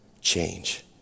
change